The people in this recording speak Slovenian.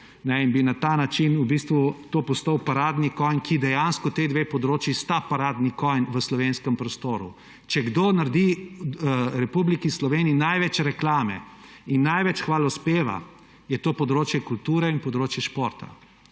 na ta način v bistvu to postal paradni konj, ker dejansko ti dve področja sta paradni konj v slovenskem prostoru. Če kdo naredi Republiki Sloveniji največ reklame in največ hvalospeva, je to področje kulture in področje športa.